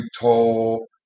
tall